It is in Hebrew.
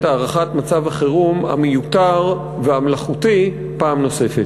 הארכת מצב החירום המיותר והמלאכותי פעם נוספת.